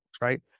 right